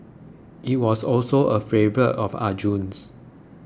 it was also a favourite of Arjun's